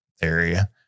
area